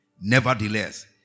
Nevertheless